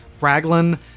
Raglan